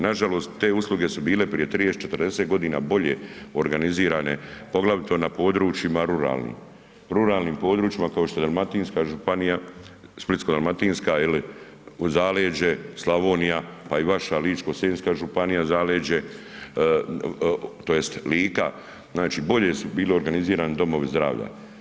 Nažalost te usluge su bile prije 30, 40 godina bolje organizirane, poglavito na područjima ruralnim, ruralnim područjima kao što je Dalmatinska županija, Splitsko-dalmatinska jeli, zaleđe, Slavonija, pa i vaša Ličko-senjska županija zaleđe tj. Lika, znači bolje su bili organizirani domovi zdravlja.